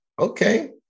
Okay